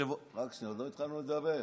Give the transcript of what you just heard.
רק שנייה, עוד לא התחלנו לדבר.